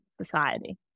society